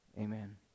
amen